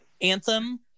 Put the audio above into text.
anthem